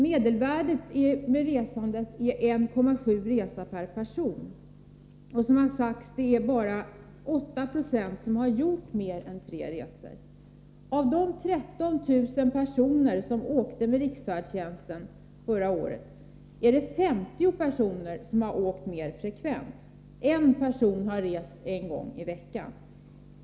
Medelvärdet på resandet är 1,7 resa per person. Som här har sagts är det bara 8 90 som har gjort mer än tre resor. Av de 13 000 personer som förra året åkte med riksfärdtjänsten är det 50 personer som åkt mera frekvent. En person har rest en gång i veckan.